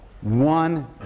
one